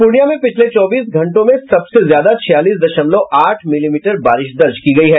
पूर्णियां में पिछले चौबीस घंटों में सबसे ज्यादा छियालीस दशमवल आठ मिलीमीटर बारिश दर्ज की गयी है